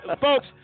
folks